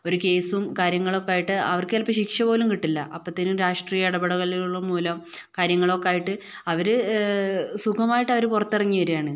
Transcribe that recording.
ഒരു കേസും കാര്യങ്ങളുമൊക്കെ ആയിട്ട് അവർക്ക് ചിലപ്പോൾ ശിക്ഷ പോലും കിട്ടില്ല അപ്പതേനും രാഷ്ട്രീയ ഇടപെടലുകള് കാരണം കാര്യങ്ങളുമൊക്കെയായിട്ട് അവര് സുഖമായിട്ട് അവര് പുറത്തിറങ്ങി വരികയാണ്